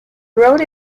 wrote